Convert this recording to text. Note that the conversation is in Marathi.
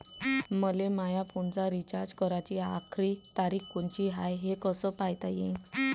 मले माया फोनचा रिचार्ज कराची आखरी तारीख कोनची हाय, हे कस पायता येईन?